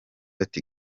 ati